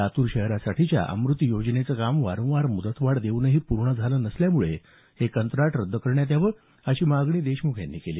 लातूर शहरासाठीच्या अमृत योजनेचं काम वारंवार मुदतवाढ देऊनही पूर्ण झालेलं नसल्यामुळं हे कंत्राट रद्द करण्यात यावं अशी मागणी देशमुख यांनी केली